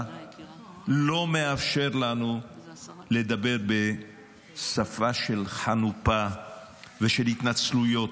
לא מאפשר לנו לדבר בשפה של חנופה ושל התנצלויות,